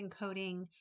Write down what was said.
encoding